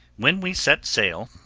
when we set sail,